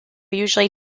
usually